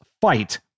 fight